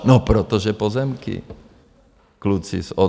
No, protože pozemky kluci z ODS.